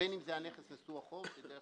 זה גם